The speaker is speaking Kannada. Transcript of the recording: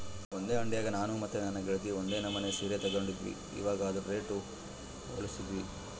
ಒಂದೇ ಅಂಡಿಯಾಗ ನಾನು ಮತ್ತೆ ನನ್ನ ಗೆಳತಿ ಒಂದೇ ನಮನೆ ಸೀರೆ ತಗಂಡಿದ್ವಿ, ಇವಗ ಅದ್ರುದು ರೇಟು ಹೋಲಿಸ್ತಿದ್ವಿ